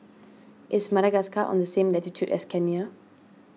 is Madagascar on the same latitude as Kenya